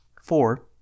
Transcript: four